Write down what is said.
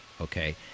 okay